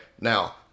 Now